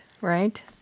Right